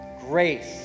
grace